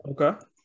Okay